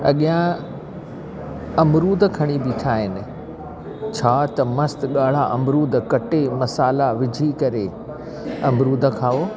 अॻियां अमरूद खणी ॿीठा आहिनि छा त मस्तु ॻाढ़ा अमरूद कटे मसाला विझी करे अमरूद खाओ